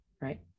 right